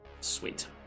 Sweet